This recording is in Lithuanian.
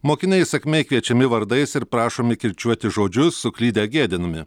mokiniai įsakmiai kviečiami vardais ir prašomi kirčiuoti žodžius suklydę gėdinami